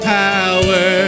power